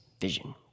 vision